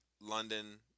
London